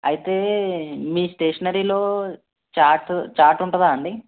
అయితే మీ స్టేషనరీలో చార్టు చార్ట్ ఉంటుందా అండి